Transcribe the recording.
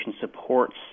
supports